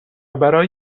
برای